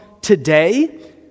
today